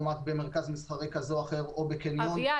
במרכז מסחרי כזה או אחר או בקניון --- אביעד,